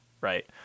right